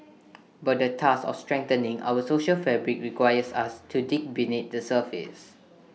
but the task of strengthening our social fabric requires us to dig beneath the surface